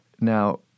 Now